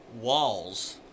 walls